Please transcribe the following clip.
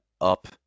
up